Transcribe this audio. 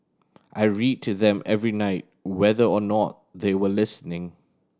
I read to them every night whether or not they were listening